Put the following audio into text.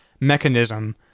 mechanism